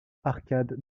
arcade